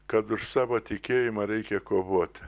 kad už savo tikėjimą reikia kovoti